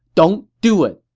don't do it.